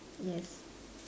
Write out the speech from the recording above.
yes